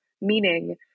Meaning